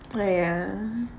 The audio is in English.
!aiya!